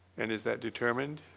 and is that determined?